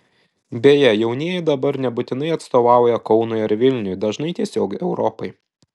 beje jaunieji dabar nebūtinai atstovauja kaunui ar vilniui dažnai tiesiog europai